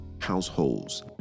households